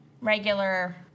regular